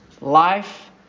life